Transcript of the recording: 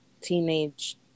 teenage